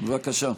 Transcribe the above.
בבקשה.